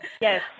yes